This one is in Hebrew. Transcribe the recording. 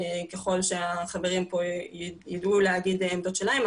ככל שהחברים פה יידעו להגיד עמדות שלהם,